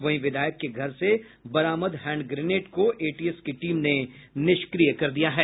वहीं विधायक के घर से बरामद हैण्ड ग्रेनेड को एटीएस की टीम ने निष्क्रिय कर दिया है